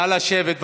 נא לשבת,